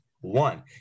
one